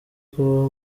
kubaho